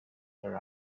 her